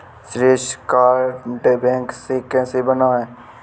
श्रेय card bank से कैसे बनवाएं?